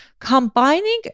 Combining